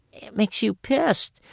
it makes you pissed.